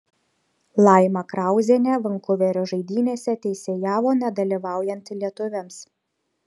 laima krauzienė vankuverio žaidynėse teisėjavo nedalyvaujant lietuviams